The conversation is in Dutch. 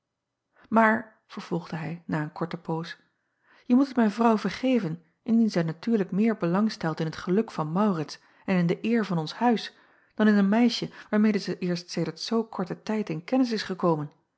aar vervolgde hij na een korte poos je moet het mijn vrouw vergeven indien zij natuurlijk meer belang stelt in het geluk van aurits en in de eer van ons uis dan in een meisje waarmede zij eerst sedert zoo korten tijd in kennis is gekomen